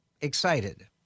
excited